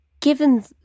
given